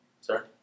Sir